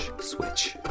switch